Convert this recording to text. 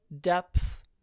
depth